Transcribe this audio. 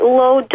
low